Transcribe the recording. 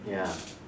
ya